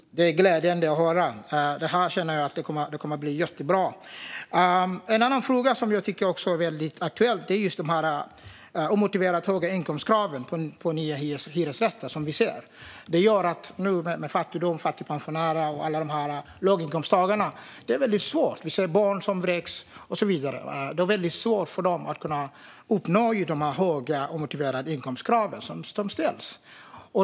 Fru talman! Det är glädjande att höra, och jag känner att det här kommer att bli jättebra. En annan aktuell fråga gäller de omotiverat höga inkomstkraven på nya hyresrätter. Detta gör det svårt för bland andra fattigpensionärer och låginkomsttagare, och barn vräks. Det är svårt för människor att uppnå de omotiverat höga inkomstkrav som ställs.